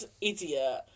idiot